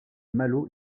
malo